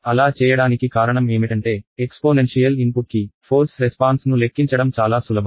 అలా చేయడానికి కారణం ఏమిటంటే ఎక్స్పోనెన్షియల్ ఇన్పుట్ కి ఫోర్స్ రెస్పాన్స్ ను లెక్కించడం చాలా సులభం